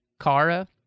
Kara